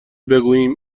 بگویم